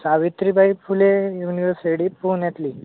Savitribai Phule university पुण्यातली